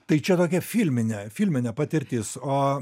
tai čia tokia filminė filminė patirtis o